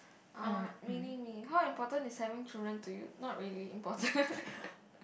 uh mini me how important is having children to you not really important